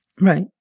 Right